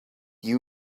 you